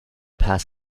pass